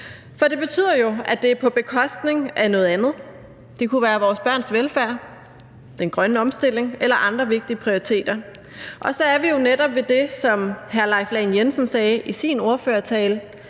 For det betyder jo, at det er på bekostning af noget andet; det kunne være vores børns velfærd, den grønne omstilling eller andre vigtige prioriteter. Og så er vi jo netop ved det, som hr. Leif Lahn Jensen sagde i sin ordførertale,